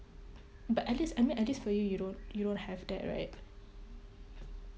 but at least I mean at least for you you don't you don't have that right